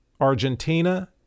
Argentina